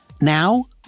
Now